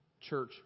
church